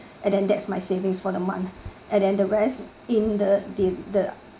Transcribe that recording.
and then that's my savings for the month and then the rest in the the the